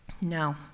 No